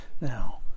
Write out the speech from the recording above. Now